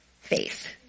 faith